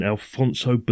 Alfonso